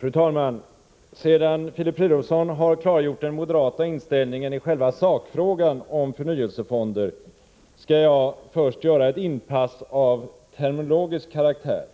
Fru talman! Sedan Filip Fridolfsson klargjort den moderata inställningen i själva sakfrågan när det gäller förnyelsefonderna skall jag först göra ett inpass av terminologisk karaktär.